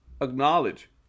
acknowledge